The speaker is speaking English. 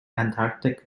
antarctic